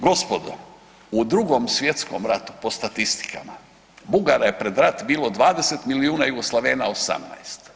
Gospodo, u Drugom svjetskom ratu po statistikama Bugara je pred rat bilo 20 milijuna, Jugoslavene 18.